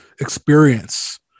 experience